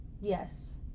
Yes